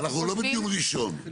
אנחנו לא בדיון ראשון.